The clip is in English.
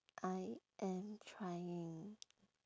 I am trying